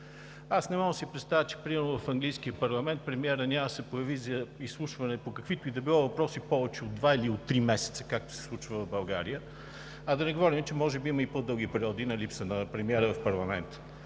Аз не мога да си представя, че примерно в английския парламент премиерът няма да се появи за изслушване по каквито и да било въпроси повече от два или от три месеца, както се случва в България, а да не говорим, че може би има и по дълги периоди на липса на премиера в парламента.